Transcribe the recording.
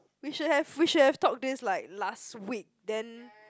we should have we should have talked this like last week then